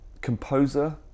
composer